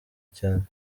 cyane